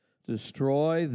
Destroy